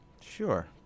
Sure